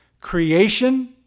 creation